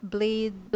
Blade